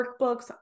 workbooks